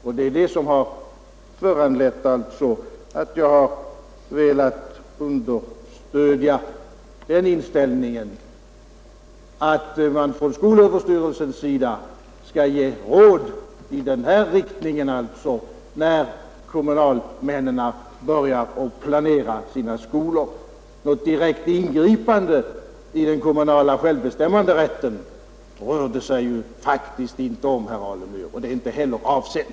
Det är detta som har föranlett att jag velat understryka den inställningen, att man från skolöverstyrelsens sida skall ge råd i den här riktningen, när kommunalmännen börjar planera sina skolor. Något direkt ingripande i den kommunala självbestämmande rätten rör det sig faktiskt inte om, herr Alemyr, och det är inte heller avsett.